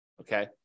Okay